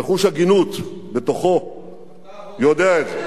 וחוש הגינות בתוכו יודע את זה.